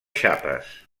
xapes